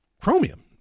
Chromium